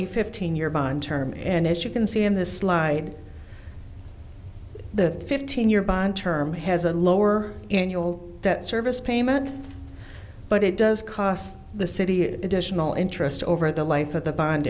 a fifteen year bond term and as you can see in this slide the fifteen year bond term has a lower in your debt service payment but it does cost the city additional interest over the life of the bond